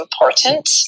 important